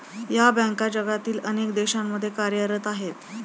या बँका जगातील अनेक देशांमध्ये कार्यरत आहेत